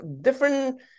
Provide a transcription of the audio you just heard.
different